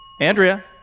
Andrea